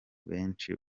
benshi